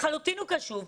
לחלוטין הוא קשוב.